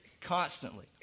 constantly